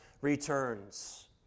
returns